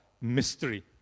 mystery